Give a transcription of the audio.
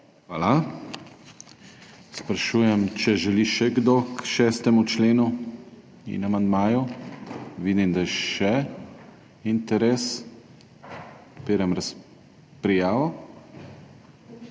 Hvala. Sprašujem, če želi še kdo k 6. členu in amandmaju? Vidim, da je še interes. Odpiram prijavo,